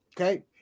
Okay